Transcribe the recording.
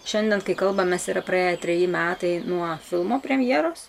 šiandien kai kalbamės yra praėję treji metai nuo filmo premjeros